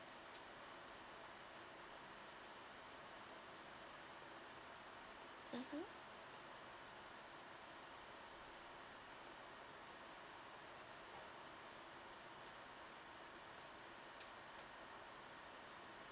mmhmm